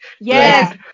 Yes